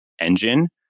engine